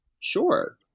Sure